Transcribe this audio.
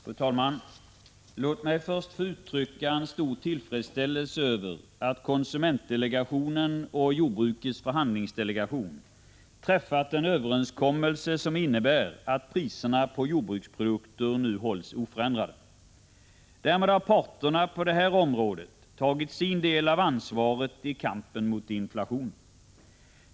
Fru talman! Låt mig först få uttrycka en stor tillfredsställelse över att konsumentdelegationen och jordbrukets förhandlingsdelegation träffat en överenskommelse som innebär att priserna på jordbruksprodukter nu hålls oförändrade. Därmed har parterna på det här området tagit sin del av ansvaret i kampen mot inflationen.